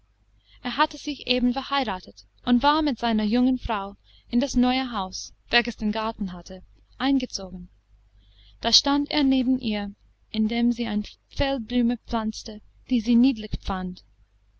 er hatte sich eben verheiratet und war mit seiner jungen frau in das neue haus welches den garten hatte eingezogen da stand er neben ihr indem sie eine feldblume pflanzte die sie niedlich fand